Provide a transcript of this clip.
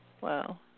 Wow